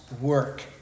work